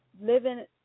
living